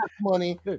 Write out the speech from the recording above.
money